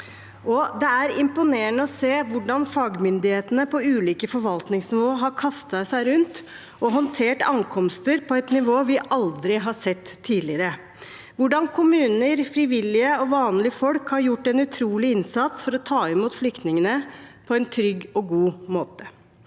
Det er imponerende å se hvordan fagmyndighetene på ulike forvaltningsnivå har kastet seg rundt og håndtert ankomster på et nivå vi aldri har sett tidligere, og hvordan kommuner, frivillige og vanlige folk har gjort en utrolig innsats for å ta imot flyktningene på en trygg og god måte.